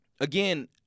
again